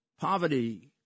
poverty